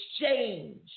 exchange